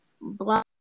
block